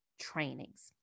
trainings